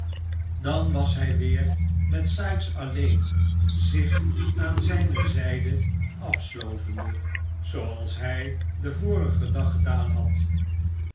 dan was hij weer met sikes alleen zich aan zijne zijde afslovende zooals hij den vorigen dag gedaan had